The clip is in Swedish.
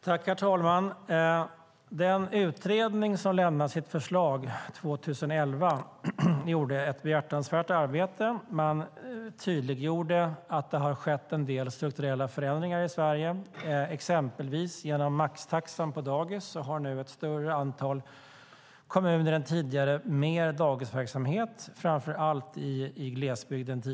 Herr talman! Den utredning som lämnade sitt förslag 2011 gjorde ett behjärtansvärt arbete. Man tydliggjorde att det har skett en del strukturella förändringar i Sverige. Exempelvis genom maxtaxan på dagis har nu ett större antal kommuner än tidigare mer dagisverksamhet än förut, framför allt i glesbygd.